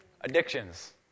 Addictions